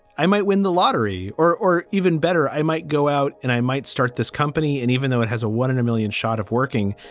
i might win the lottery or or even better, i might go out and i might start this company and even though it has a one in a million shot of working,